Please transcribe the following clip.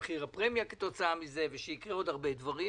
מחיר הפרמיה כתוצאה מזה ושיקרו עוד הרבה דברים